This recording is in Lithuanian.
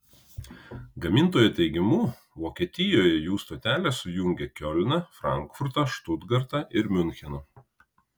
gamintojo teigimu vokietijoje jų stotelės sujungia kiolną frankfurtą štutgartą ir miuncheną